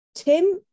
Tim